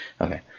Okay